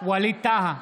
ווליד טאהא,